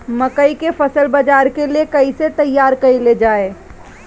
मकई के फसल बाजार के लिए कइसे तैयार कईले जाए?